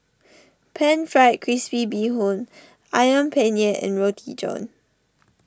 Pan Fried Crispy Bee Hoon Ayam Penyet and Roti John